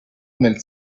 nel